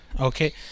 Okay